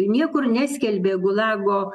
niekur neskelbė gulago